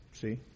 See